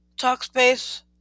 Talkspace